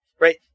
Right